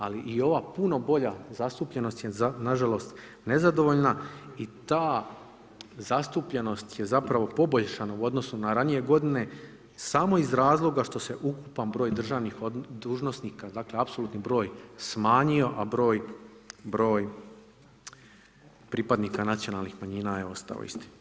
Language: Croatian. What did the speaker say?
Ali i ova puno bolja zastupljenost je na žalost nezadovoljna i ta zastupljenost je zapravo poboljšana u odnosu na ranije godine samo iz razloga što se ukupan broj državnih dužnosnika dakle, apsolutni broj smanjio, a broj pripadnika nacionalnih manjina je ostao isti.